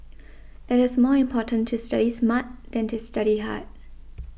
it is more important to study smart than to study hard